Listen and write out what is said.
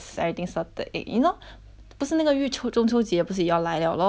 不是那个玉兔中秋节不是也要要来 liao lor then that time